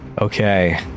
Okay